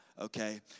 Okay